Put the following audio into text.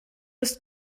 ist